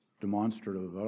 demonstrative